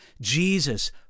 Jesus